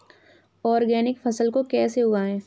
Organic फसल को कैसे उगाएँ?